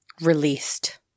released